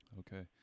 okay